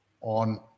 on